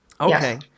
Okay